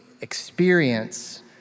experience